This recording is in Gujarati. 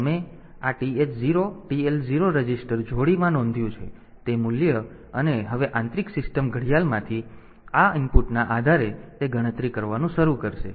તેથી તમે આ TH 0 TL 0 રજિસ્ટર જોડીમાં નોંધ્યું છે તે મૂલ્ય અને હવે આંતરિક સિસ્ટમ ઘડિયાળમાંથી આ ઇનપુટના આધારે તે ગણતરી કરવાનું શરૂ કરશે